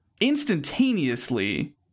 instantaneously